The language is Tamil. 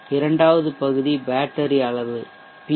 இரண்டாவது பகுதி பேட்டரி அளவு பி